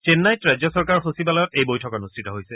চেন্নাইত ৰাজ্যচৰকাৰৰ সচিবালয়ত এই বৈঠক অনূষ্ঠিত হৈছে